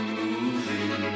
moving